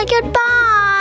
goodbye